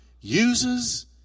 uses